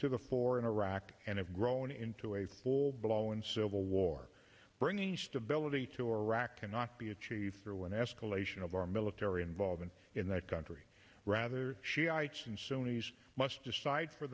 to the fore in iraq and have grown into a full blown civil war bringing stability to iraq cannot be achieved through an escalation of our military involvement in that country rather shiites and sunni's must decide for